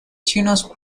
chinos